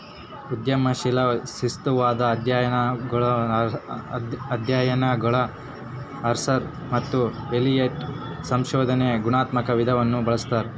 ಉದ್ಯಮಶೀಲ ಸ್ತ್ರೀವಾದದ ಅಧ್ಯಯನಗುಳಗಆರ್ಸರ್ ಮತ್ತು ಎಲಿಯಟ್ ಸಂಶೋಧನೆಯ ಗುಣಾತ್ಮಕ ವಿಧಾನವನ್ನು ಬಳಸ್ತಾರೆ